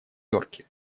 йорке